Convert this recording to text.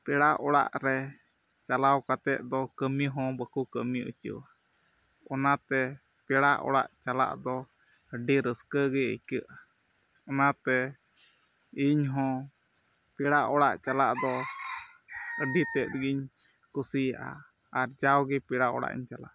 ᱯᱮᱲᱟ ᱚᱲᱟᱜ ᱨᱮ ᱪᱟᱞᱟᱣ ᱠᱟᱛᱮᱫ ᱫᱚ ᱠᱟᱹᱢᱤ ᱦᱚᱸ ᱵᱟᱠᱚ ᱠᱟᱹᱢᱤ ᱦᱚᱪᱚᱣᱟ ᱚᱱᱟᱛᱮ ᱯᱮᱲᱟ ᱚᱲᱟᱜ ᱪᱟᱞᱟᱜ ᱫᱚ ᱟᱹᱰᱤ ᱨᱟᱹᱥᱠᱟᱹ ᱜᱮ ᱟᱹᱭᱠᱟᱹᱜᱼᱟ ᱚᱱᱟᱛᱮ ᱤᱧᱦᱚᱸ ᱯᱮᱲᱟ ᱚᱲᱟᱜ ᱪᱟᱞᱟᱜ ᱫᱚ ᱟᱹᱰᱤ ᱛᱮᱫ ᱜᱤᱧ ᱠᱩᱥᱤᱭᱟᱜᱼᱟ ᱟᱨ ᱡᱟᱣ ᱜᱮ ᱯᱮᱲᱟ ᱚᱲᱟᱜ ᱤᱧ ᱪᱟᱞᱟᱜᱼᱟ